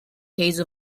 case